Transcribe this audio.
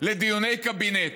לדיוני קבינט.